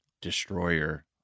destroyer